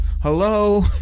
Hello